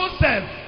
Joseph